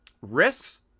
risks